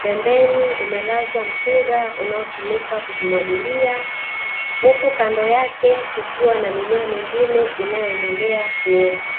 pembeni umelazwa mpira unaotumika kuzimwagilia, huku kando yake kukiwa na mimea mingine inayoendelea kuota.